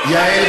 יעל,